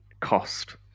cost